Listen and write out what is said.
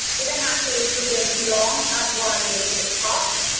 we don't have to cook them too long otherwise they get tough.